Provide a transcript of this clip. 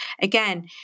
Again